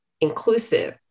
inclusive